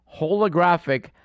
holographic